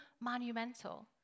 monumental